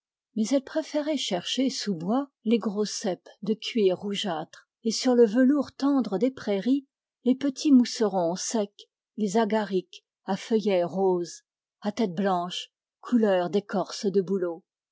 mais elle préférait chercher sous bois les gros cèpes de cuir rougeâtre et sur le velours tendre des prairies les petits mousserons secs les agarics à feuillets roses à tête blanche couleur d'écorce de bouleau